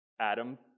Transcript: Adam